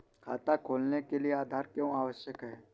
खाता खोलने के लिए आधार क्यो आवश्यक है?